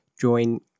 join